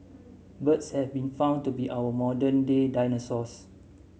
birds have been found to be our modern day dinosaurs